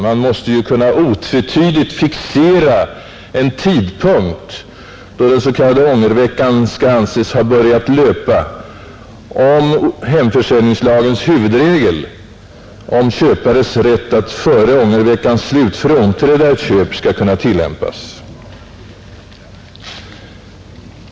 Man måste ju kunna otvetydigt fixera en tidpunkt, då den s.k. ångerveckan skall anses ha börjat löpa, om hemförsäljningslagens huvudregel om köpares rätt att före ångerveckans slut frånträda ett köp skall kunna tillämpas.